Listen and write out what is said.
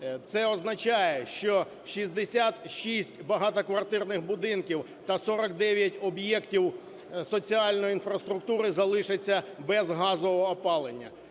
Це означає, що 66 багатоквартирних будинків та 49 об'єктів соціальної інфраструктури залишаться без газового опалення.